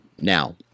Now